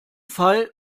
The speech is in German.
fall